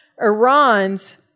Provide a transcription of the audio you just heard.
Iran's